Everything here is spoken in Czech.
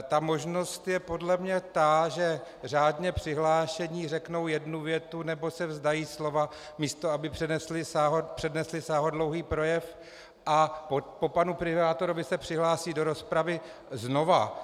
Ta možnost je podle mě ta, že řádně přihlášení řeknou jednu větu nebo se vzdají slova, místo aby přednesli sáhodlouhý projev, a po panu primátorovi se přihlásí do rozpravy znova.